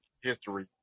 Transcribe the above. history